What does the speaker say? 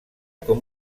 com